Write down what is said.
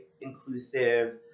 inclusive